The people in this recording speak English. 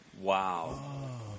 Wow